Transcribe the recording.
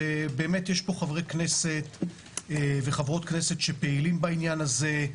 באמת יש פה חברי כנסת וחברות כנסת שפעילים בעניין הזה.